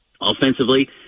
offensively